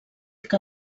que